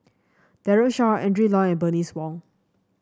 Daren Shiau Adrin Loi and Bernice Wong